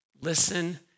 listen